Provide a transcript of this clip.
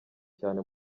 cyane